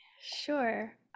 Sure